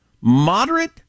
moderate